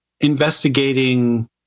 investigating